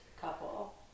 couple